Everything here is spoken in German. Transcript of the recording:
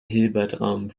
hilbertraum